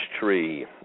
tree